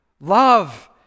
Love